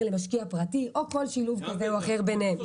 למשקיע פרטי או כל שילוב כזה או אחר ביניהם.